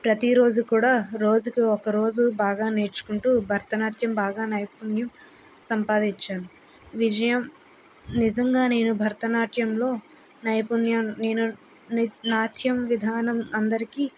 ప్రతి రోజు కూడా రోజుకి ఒక రోజు బాగా నేర్చుకుంటూ భరతనాట్యం బాగా నైపుణ్యం సంపాదించాను విజయం నిజంగా నేను భరతనాట్యంలో నైపుణ్యం నేను నాట్యం విధానం అందరికి